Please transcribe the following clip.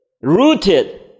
rooted